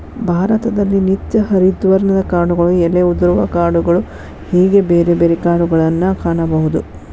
ಭಾರತದಲ್ಲಿ ನಿತ್ಯ ಹರಿದ್ವರ್ಣದ ಕಾಡುಗಳು ಎಲೆ ಉದುರುವ ಕಾಡುಗಳು ಹೇಗೆ ಬೇರೆ ಬೇರೆ ಕಾಡುಗಳನ್ನಾ ಕಾಣಬಹುದು